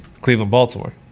Cleveland-Baltimore